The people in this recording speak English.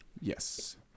Yes